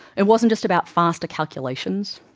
it wasn't just about faster calculations,